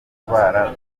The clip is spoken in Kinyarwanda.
indwara